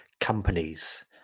companies